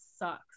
sucks